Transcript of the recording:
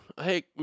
Hey